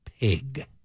pig